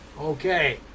okay